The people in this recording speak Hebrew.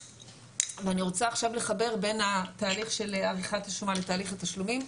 אני רוצה עכשיו לחבר בין התהליך של עריכת השומה לתהליך התשלומים.